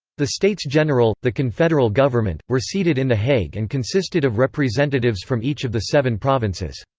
the states general, the confederal government, were seated in the hague and consisted of representatives from each of the seven provinces.